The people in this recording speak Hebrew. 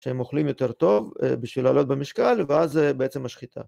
שהם אוכלים יותר טוב בשביל לעלות במשקל ואז בעצם השחיטה.